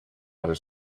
outer